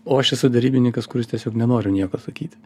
o aš esu derybininkas kuris tiesiog nenoriu nieko sakyti